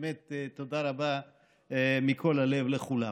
באמת, תודה רבה מכל הלב לכולם.